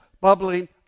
bubbling